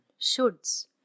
Shoulds